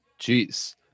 Jeez